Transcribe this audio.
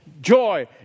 joy